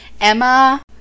Emma